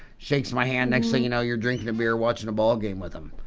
shakes my hand next thing you know you're drinking a beer watching a ball game with them.